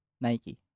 Nike